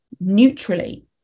neutrally